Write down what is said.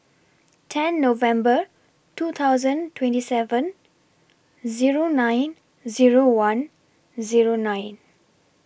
ten November two thousand twenty seven Zero nine Zero one Zero nine